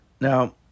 Now